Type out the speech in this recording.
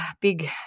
big